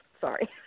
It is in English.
Sorry